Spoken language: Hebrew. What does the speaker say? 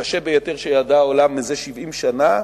הקשה ביותר שידע העולם זה 70 שנה,